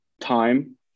time